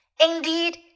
Indeed